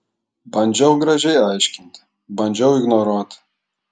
bandžiau gražiai aiškinti bandžiau ignoruoti